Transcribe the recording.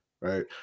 Right